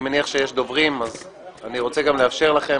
אני מניח שיש קצת דוברים ואני רוצה לאפשר לכם,